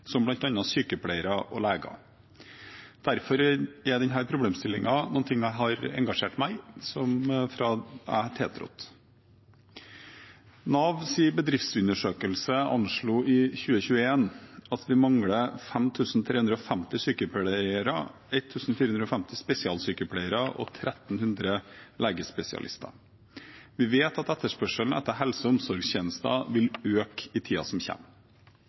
som bl.a. sykepleiere og leger. Derfor er denne problemstillingen noe jeg har engasjert meg i fra jeg tiltrådte. Navs bedriftsundersøkelse anslo i 2021 at vi mangler 5 350 sykepleiere, 1 450 spesialsykepleiere og 1 300 legespesialister. Vi vet at etterspørselen etter helse- og omsorgstjenester vil øke i tiden som